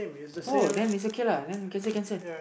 oh then it's okay lah then cancel cancel